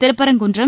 Thiruparankundram